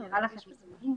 זה נראה לכם הגיוני?